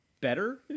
better